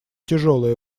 тяжелое